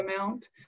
amount